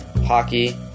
hockey